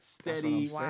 steady